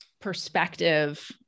perspective